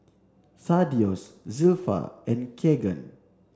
Thaddeus Zilpha and Kegan